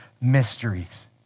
mysteries